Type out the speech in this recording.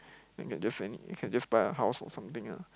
then you can just any you can just buy a house or something ah